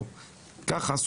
כך קורה